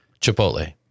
Chipotle